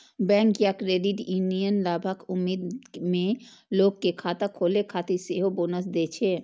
bank या credit union लाभक उम्मीद मे लोग कें खाता खोलै खातिर सेहो बोनस दै छै